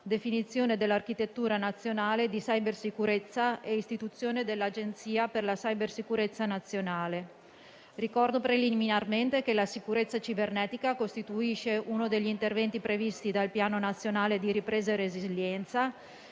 definizione dell'architettura nazionale di cybersicurezza e istituzione dell'Agenzia per la cybersicurezza nazionale. Ricordo preliminarmente che la sicurezza cibernetica costituisce uno degli interventi previsti dal Piano nazionale di ripresa e resilienza